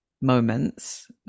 moments